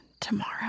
Tomorrow